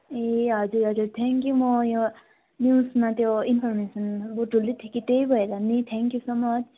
ए हजुर हजुर थ्याङ्कयू म यो न्युजमा त्यो इन्फर्मेसन बोटुल्दै थिएँ कि त्यही भएर नि थ्याङ्कयू सो मच